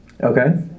Okay